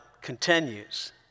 continues